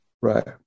right